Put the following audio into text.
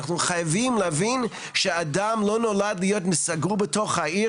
אנחנו חייבים להבין שאדם לא נולד להיות סגור בתוך העיר,